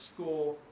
score